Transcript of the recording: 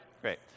Great